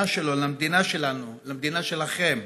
למדינה שלו, למדינה שלנו, למדינה שלכם.